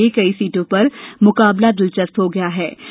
इसलिए कई सीटों पर मुकाबला दिलचस्प हो गया है